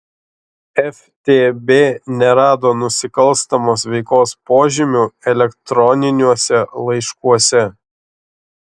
ftb nerado nusikalstamos veikos požymių elektroniniuose laiškuose